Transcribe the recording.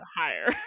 higher